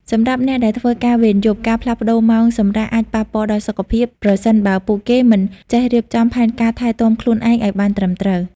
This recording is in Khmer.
សម្រាប់អ្នកដែលធ្វើការវេនយប់ ការផ្លាស់ប្តូរម៉ោងសម្រាកអាចប៉ះពាល់ដល់សុខភាព ប្រសិនបើពួកគេមិនចេះរៀបចំផែនការថែទាំខ្លួនឯងឱ្យបានត្រឹមត្រូវ។